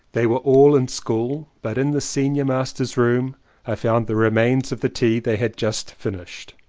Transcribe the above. they were all in school but in the senior master's room i found the remains of the tea they had just finished.